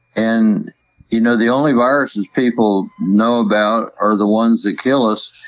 and you know, the only viruses people know about are the ones that kill us.